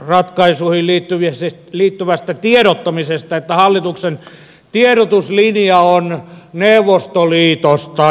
ratkaisu oli puhui kehysratkaisuihin liittyvästä tiedottamisesta että hallituksen tiedotuslinja on neuvostoliitosta